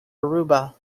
aruba